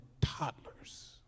toddlers